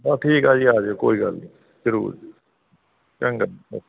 ਵਾ ਠੀਕ ਆ ਜੀ ਆ ਜਿਓ ਕੋਈ ਗੱਲ ਨਹੀਂ ਜ਼ਰੂਰ ਚੰਗਾ ਜੀ